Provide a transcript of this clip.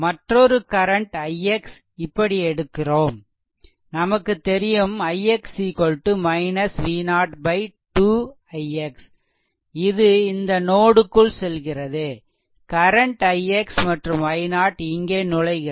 மற்றொரு current ix இப்படி எடுக்கிறோம் நமக்கு தெரியும் ix V0 2 ix அது இந்த நோடுக்குள் செல்கிறது கரண்ட் ix மற்றும் i0 இங்கே நுழைகிறது